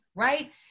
Right